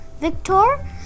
Victor